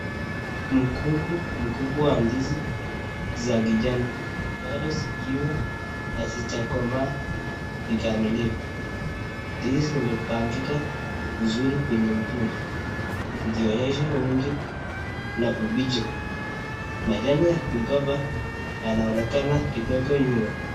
Mkungu mkubwa wa ndizi za kijani, bado zikiwa hazijakomaa kikamilifu, ndizi zimepangika vizuri kwenye mkungu zikionyesha wingi na ubichi, majani ya migomba yanaonekana kidogo nyuma.